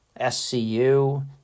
SCU